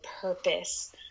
purpose